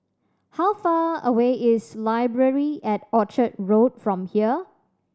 how far away is Library at Orchard Road from here